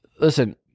listen